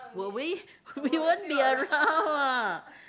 will we we won't be around ah